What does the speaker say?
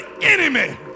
enemy